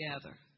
together